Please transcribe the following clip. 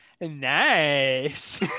Nice